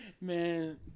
Man